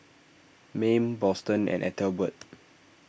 Mayme Boston and Ethelbert